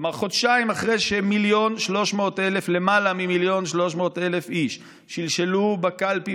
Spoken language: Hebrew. כלומר חודשיים אחרי שלמעלה ממיליון ו-300,000 איש שלשלו בקלפי